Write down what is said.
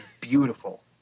beautiful